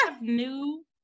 new